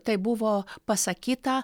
tai buvo pasakyta